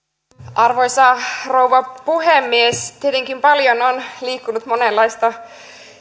arvoisa rouva puhemies tietenkin paljon on liikkunut monenlaista